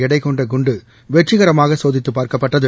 எடைகொண்ட குண்டு வெற்றிகரமாக சோதித்து பார்க்கப்ப்பட்டது